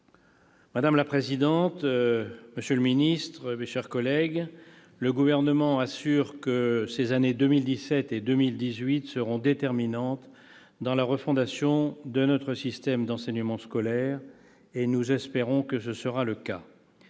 Madame la présidente, monsieur le ministre, mes chers collègues, le Gouvernement assure que les années 2017 et 2018 seront déterminantes dans la refondation de notre système d'enseignement scolaire. Les sénateurs du groupe Les